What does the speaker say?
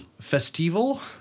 Festival